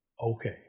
Okay